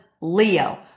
Leo